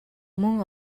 мөн